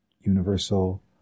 universal